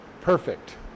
perfect